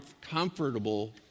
comfortable